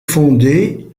fondé